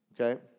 Okay